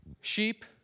Sheep